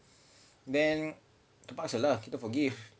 then terpaksa lah kita forgive